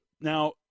Now